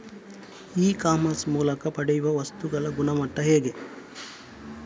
E commerce ಮೂಲಕ ಪಡೆಯುವ ವಸ್ತುಗಳ ಗುಣಮಟ್ಟ ಹೇಗೆ?